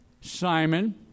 Simon